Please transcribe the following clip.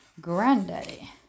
Granddaddy